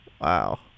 Wow